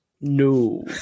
No